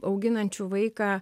auginančių vaiką